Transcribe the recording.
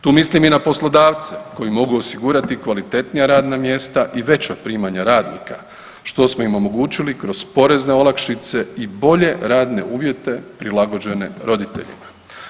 Tu mislim i na poslodavce koji mogu osigurati kvalitetnija radna mjesta i veća primanja radnika, što smo im omogućili kroz porezne olakšice i bolje radne uvjete prilagođene roditeljima.